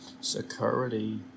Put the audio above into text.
Security